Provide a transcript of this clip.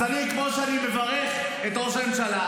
אז כמו שאני מברך את ראש הממשלה,